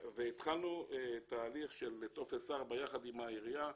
והתחלנו תהליך של טופס ארבע יחד עם העירייה.